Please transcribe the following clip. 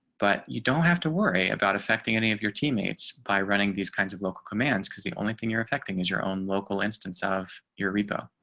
but you don't have to worry about affecting any of your teammates by running these kinds of local commands. because the only thing you're affecting is your own local instance of your repo.